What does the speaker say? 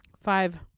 five